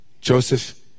Joseph